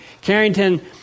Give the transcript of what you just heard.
Carrington